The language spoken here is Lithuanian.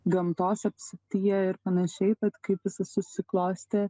gamtos apsuptyje ir panašiai bet kaip viska susiklostė